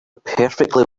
perfectly